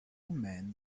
men